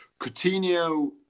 coutinho